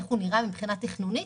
על איך הוא נראה מבחינה תכנונית.